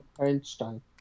Einstein